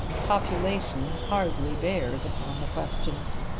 population hardly bears upon the question.